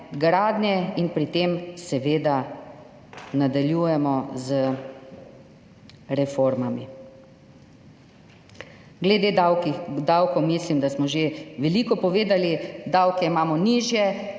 gradnje in pri tem seveda nadaljujemo z reformami. Glede davkov, mislim, da smo že veliko povedali. Davke imamo nižje,